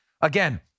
again